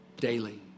daily